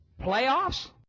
playoffs